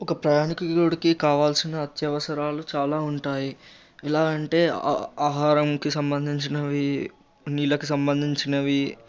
ఒక ప్రయాణికుడికి కావలసిన అత్యవసరాలు చాలా ఉంటాయి ఎలా అంటే ఆహారంకి సంబంధించినవి నీళ్ళకి సంబంధించినవి